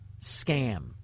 scam